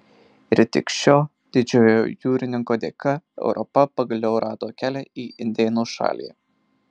ir tik šio didžiojo jūrininko dėka europa pagaliau rado kelią į indėnų šalį